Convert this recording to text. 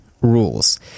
rules